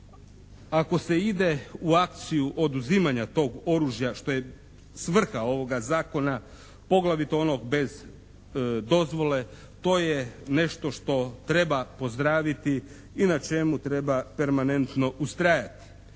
Ako se ide u akciju oduzimanja tog oružja što je svrha ovoga zakona poglavito onog bez dozvole to je nešto što treba pozdraviti i na čemu treba permanentno ustrajati.